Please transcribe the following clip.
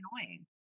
annoying